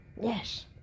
Yes